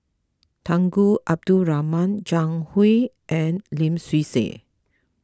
Tunku Abdul Rahman Zhang Hui and Lim Swee Say